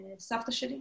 עם סבתא שלי.